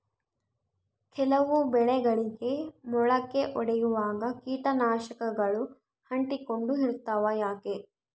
ಕೆಲವು ಬೆಳೆಗಳಿಗೆ ಮೊಳಕೆ ಒಡಿಯುವಾಗ ಕೇಟನಾಶಕಗಳು ಅಂಟಿಕೊಂಡು ಇರ್ತವ ಯಾಕೆ?